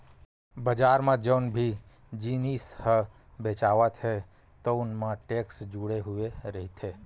बजार म जउन भी जिनिस ह बेचावत हे तउन म टेक्स जुड़े हुए रहिथे